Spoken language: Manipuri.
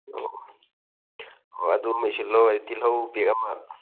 ꯑꯣ ꯑꯣ ꯑꯣ ꯑꯗꯨꯃ ꯏꯁꯤꯜꯂꯣ ꯇꯤꯜꯍꯧ ꯕꯦꯛ ꯑꯃ